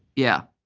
yeah